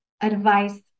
advice